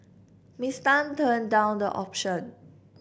Miss Tan turned down the option